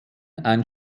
ein